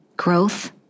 growth